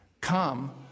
Come